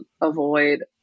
avoid